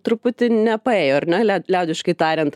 truputį nepaėjo ar ne liaudiškai tariant